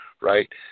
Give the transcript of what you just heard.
right